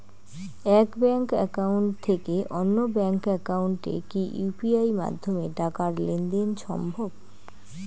এক bank account থেকে অন্য ব্যাংক একাউন্টে কি ইউ.পি.আই মাধ্যমে টাকার লেনদেন দেন সম্ভব?